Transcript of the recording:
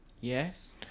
Yes